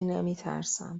نمیترسم